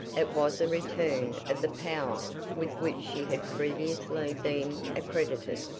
it was a return of the power with which she had previously been accredited.